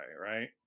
right